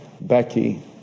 Becky